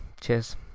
Cheers